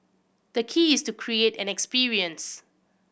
the key is to create an experience